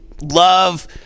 love